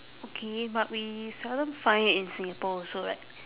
okay but we seldom find it in singapore also right